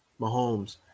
Mahomes